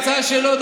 ההצעה היא שלו.